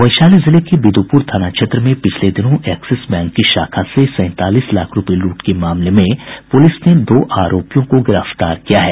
वैशाली जिले के बिदूपुर थाना क्षेत्र में पिछले दिनों एक्सिस बैंक की शाखा से सैंतालीस लाख रूपये लूट के मामले में पुलिस ने दो आरोपियों को गिरफ्तार किया है